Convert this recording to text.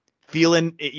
feeling